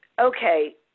Okay